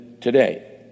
today